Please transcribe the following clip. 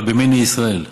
אבל במיני ישראל.